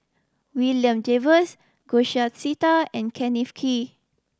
William Jervois Sita and Kenneth Kee